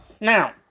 Now